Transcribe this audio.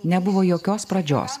nebuvo jokios pradžios